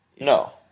No